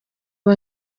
aba